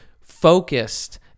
focused